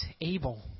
able